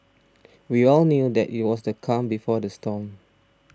we all knew that it was the calm before the storm